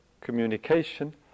communication